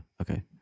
Okay